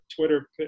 Twitter